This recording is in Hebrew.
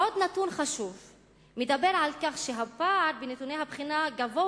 עוד נתון חשוב הוא שהפער בנתוני הבחינה גבוה